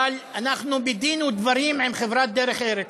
אבל אנחנו בדין-ודברים עם חברת "דרך ארץ",